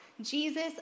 Jesus